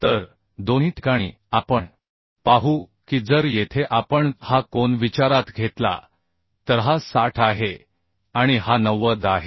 तर दोन्ही ठिकाणी आपण पाहू की जर येथे आपण हा कोन विचारात घेतला तर हा 60 आहे आणि हा 90 आहे